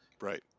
Right